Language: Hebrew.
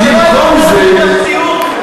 שלא הבנת את המציאות?